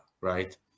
right